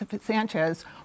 Sanchez